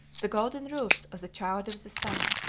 the golden roofs of the child of the sun.